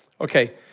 Okay